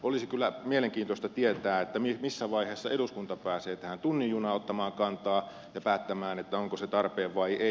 olisi kyllä mielenkiintoista tietää missä vaiheessa eduskunta pääsee tähän tunnin junaan ottamaan kantaa ja päättämään onko se tarpeen vai ei